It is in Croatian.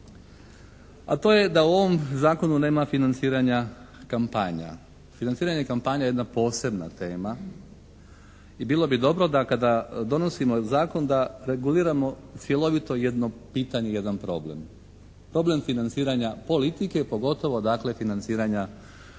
A to je da u ovom zakonu nema financiranja kampanja. Financiranje kampanja je jedna posebna tema i bilo bi dobro da kada donosimo zakon da reguliramo cjelovito jedno pitanje, jedan problem. Problem financiranja politike, a pogotovo dakle financiranja kampanja,